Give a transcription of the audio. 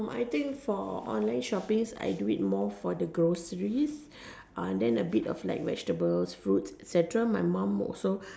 oh I think for online shopping I do it more for the groceries uh then a bit of like vegetables fruits etcetera my mum also